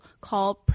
called